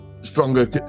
stronger